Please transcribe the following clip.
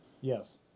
Yes